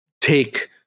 take